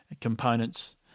components